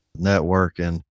networking